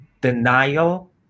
denial